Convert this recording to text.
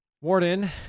Warden